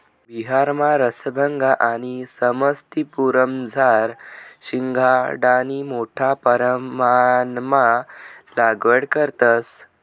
बिहारमा रसभंगा आणि समस्तीपुरमझार शिंघाडानी मोठा परमाणमा लागवड करतंस